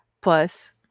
Plus